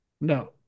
No